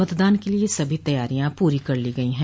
मतदान के लिये सभी तैयारियां पूरी कर ली गई है